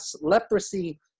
leprosy